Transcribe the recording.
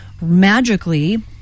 magically